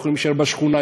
יכולים להישאר בשכונה,